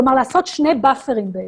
כלומר, לעשות שני Buffers בעצם,